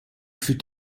fut